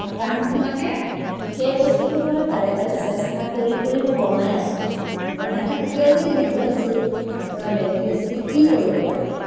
হতাশ নোহোৱাকৈ সেই বস্তুটোৰ পৰাই বাৰে বাৰে চেষ্টা কৰি কৰি মই বনাই আছো বনাই থাকোঁতেও যদি বিফল হৈছোঁ তাৰ পৰা বেলেগ ৰেচিপি কি কৰিব পাৰি